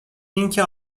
اینکه